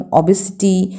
obesity